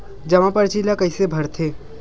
जमा परची ल कइसे भरथे?